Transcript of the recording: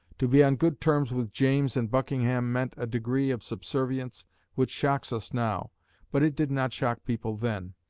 to be on good terms with james and buckingham meant a degree of subservience which shocks us now but it did not shock people then,